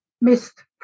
missed